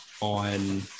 on